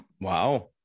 Wow